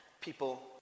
people